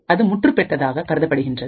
அது முற்றுப் பெற்றதாக கருதப்படுகின்றது